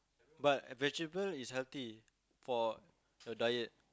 but vegetable is healthy for your diet